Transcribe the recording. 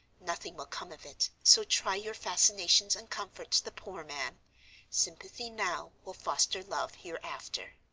nothing will come of it, so try your fascinations and comfort the poor man sympathy now will foster love hereafter.